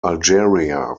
algeria